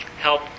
help